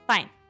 Fine